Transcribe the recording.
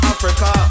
Africa